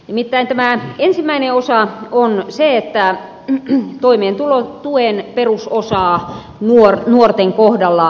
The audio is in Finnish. nimittäin tämä ensimmäinen osa on se että toimeentulotuen perusosaa nuorten kohdalla heikennetään